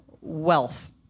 wealth